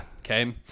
Okay